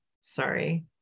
sorry